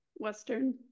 Western